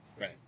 Right